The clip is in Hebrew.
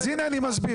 אז הנה, אני מסביר.